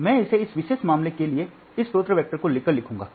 तो मैं इसे इस विशेष मामले के लिए इस स्रोत वेक्टर को लेकर लिखूंगा